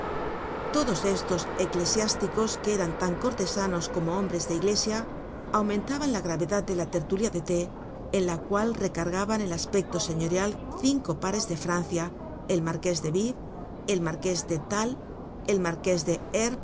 todos estos eclesiásticos que eran tan cortesanos como hombres de iglesia aumentaban la gravedad de la tertulia de t en la cual recargaban el aspecto señorial cinco pares de francia el marqués de vib el marqués de tal el marqués de